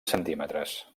centímetres